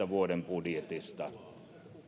vuoden kaksituhattakaksikymmentä budjetista